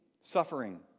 suffering